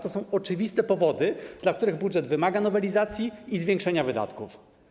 To są oczywiste powody tego, że budżet wymaga nowelizacji i zwiększenia wydatków.